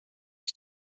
ich